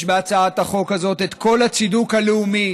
יש בהצעת החוק הזאת את כל הצידוק הלאומי